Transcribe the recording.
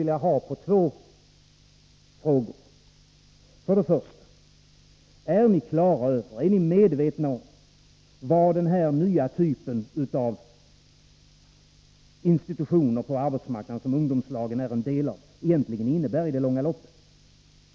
Till att börja med: Är ni medvetna om vad den här nya typen av institutioner på arbetsmarknaden som ungdomslagen är en del av innebär i det långa loppet?